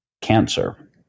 cancer